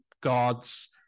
god's